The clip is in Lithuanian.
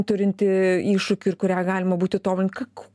turinti iššūkių ir kurią galima būtų tobulint